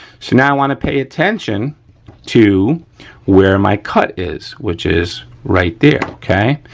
so, now i wanna pay attention to where my cut is which is right there, okay.